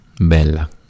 Bella